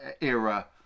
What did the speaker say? era